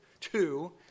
two